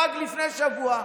פג לפני שבוע,